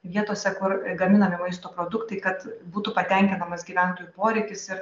vietose kur gaminami maisto produktai kad būtų patenkinamas gyventojų poreikis ir